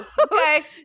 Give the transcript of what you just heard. okay